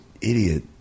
idiot